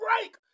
break